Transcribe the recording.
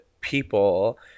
people